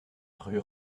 rue